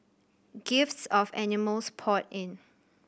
gifts of animals poured in